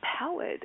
empowered